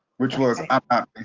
which was am